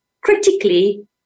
critically